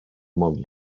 model